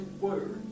Word